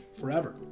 forever